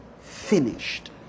finished